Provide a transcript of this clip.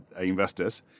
investors